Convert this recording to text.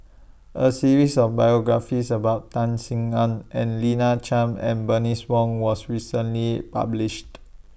A series of biographies about Tan Sin Aun and Lina Chiam and Bernice Wong was recently published